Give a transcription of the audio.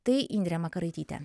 tai indrė makaraitytė